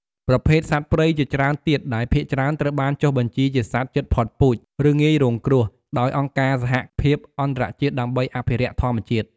ប្រភេទសត្វព្រៃជាច្រើនទៀត ដែលភាគច្រើនត្រូវបានចុះបញ្ជីជាសត្វជិតផុតពូជ ឬងាយរងគ្រោះ ដោយអង្គការសហភាពអន្តរជាតិដើម្បីអភិរក្សធម្មជាតិ។